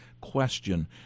question